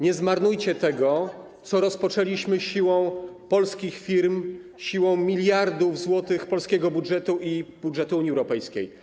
Nie zmarnujcie tego, co rozpoczęliśmy siłą polskich firm, siłą miliardów złotych z polskiego budżetu i budżetu Unii Europejskiej.